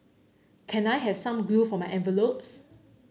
can I have some glue for my envelopes